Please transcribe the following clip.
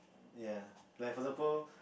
ya like for example